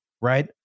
Right